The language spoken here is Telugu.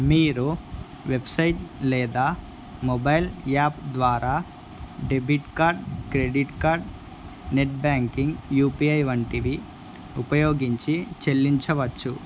మీరు వెబ్సైట్ లేదా మొబైల్ యాప్ ద్వారా debit card credit card net banking UPI వంటివి ఉపయోగించి చెల్లించవచ్చు